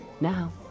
Now